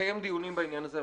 נקיים דיונים בעניין הזה.